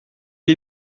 les